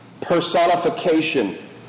personification